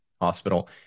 Hospital